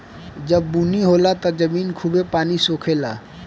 जब बुनी होला तब जमीन खूबे पानी सोखे ला